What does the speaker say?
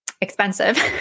expensive